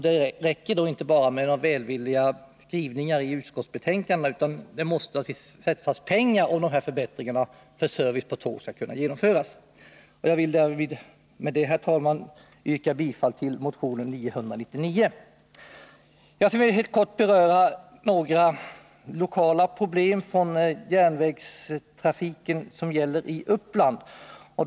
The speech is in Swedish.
Det räcker inte med några välvilliga skrivningar i utskottsbetänkanden, utan det måste satsas pengar, om de här serviceförbättringarna på tågen skall kunna genomföras. Jag ber med detta, herr talman, att få yrka bifall till motion 999. Jag skall nu helt kort beröra några lokala problem som gäller järnvägstrafiken i Uppland.